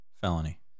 felony